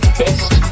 best